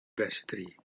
vestry